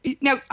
Now